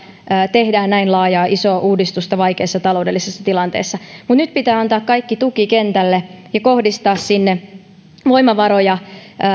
tehdään näin laajaa isoa uudistusta vaikeassa taloudellisessa tilanteessa mutta nyt pitää antaa kaikki tuki kentälle ja kohdistaa sinne voimavaroja